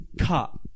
cut